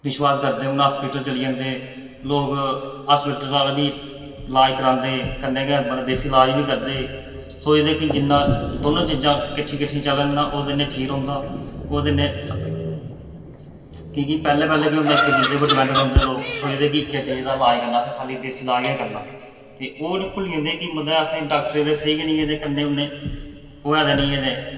विश्वास करदे लोग हस्पिटल चली जंदे हस्पिटल आह्ले बी करांदे कन्नै गै देस्सी अलाज बी करदे सोचदे कि दोना चीजां कट्ठियां कट्ठियां चलन ओह्दे नै कि के पैह्लें पैह्लें केह् होंदा हैा इक्कै चीजै पर डिपैंड रौंह्दे हे लोग सोचदे हे इक्कै चीज दा इलाज करना असैं खाल्ली देस्सी इलाज करना ते ओग् भुल्ली जंदे हे कि डाक्टरें दा ते कन्नै दवा लैनी ऐ ते